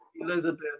Elizabeth